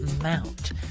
mount